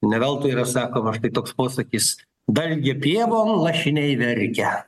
ne veltui yra sakoma štai toks posakis dalgė pievom lašiniai verkia